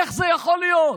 איך זה יכול להיות,